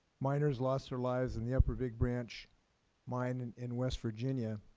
miners lost their lives in the upper big branch mine and in west virginia.